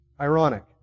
Ironic